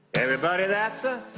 everybody that is us.